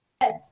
yes